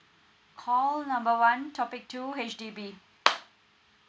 call number one topic two H_D_B